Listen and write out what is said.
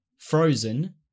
Frozen